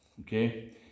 okay